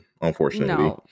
unfortunately